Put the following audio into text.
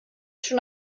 schon